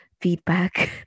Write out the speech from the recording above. feedback